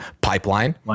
Pipeline